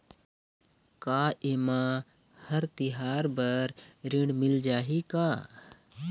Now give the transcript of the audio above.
का ये मा हर तिहार बर ऋण मिल जाही का?